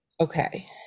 okay